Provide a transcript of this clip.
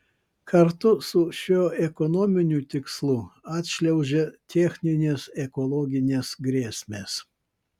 kartu su šiuo ekonominiu tikslu atšliaužia techninės ekologinės grėsmės